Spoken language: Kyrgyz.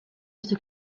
нерсе